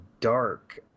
dark